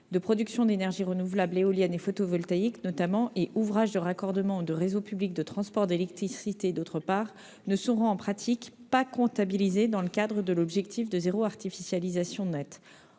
de production d'énergie renouvelable- éolienne et photovoltaïque notamment -et des ouvrages de raccordement à un réseau public de transport (RPT) d'électricité ne seront, en pratique, pas comptabilisés dans le cadre de l'objectif « zéro artificialisation nette